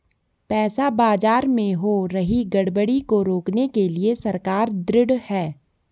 पैसा बाजार में हो रही गड़बड़ी को रोकने के लिए सरकार ढृढ़ है